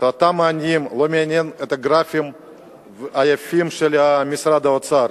את אותם העניים לא מעניינים הגרפים היפים של משרד האוצר.